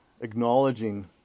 acknowledging